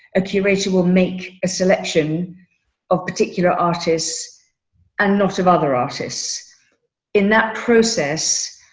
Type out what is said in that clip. a curator will make a selection of particular artists and not of other artists in that process.